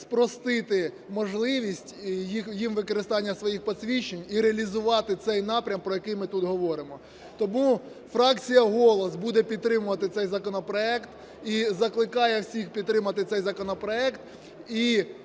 спростити можливість їм використання своїх посвідчень, і реалізувати цей напрям, про який ми тут говоримо. Тому фракція "Голос" буде підтримувати цей законопроект і закликає всіх підтримати цей законопроект,